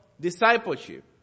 discipleship